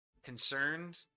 concerned